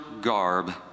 garb